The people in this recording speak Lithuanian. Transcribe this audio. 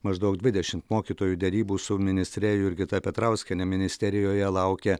maždaug dvidešimt mokytojų derybų su ministre jurgita petrauskiene ministerijoje laukė